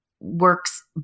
works